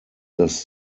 dass